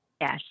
Yes